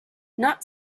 not